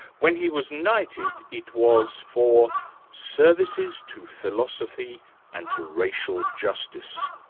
when he was knighted, it was for services to philosophy and to racial justice.